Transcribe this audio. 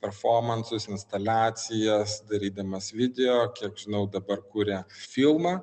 perfomansus instaliacijas darydamas video kiek žinau dabar kuria filmą